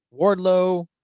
Wardlow